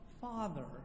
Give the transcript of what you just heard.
Father